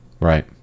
right